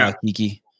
Kiki